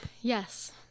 Yes